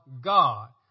God